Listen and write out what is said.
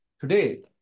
today